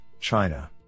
China